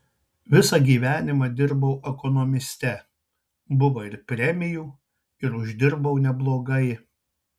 visą gyvenimą dirbau ekonomiste buvo ir premijų ir uždirbau neblogai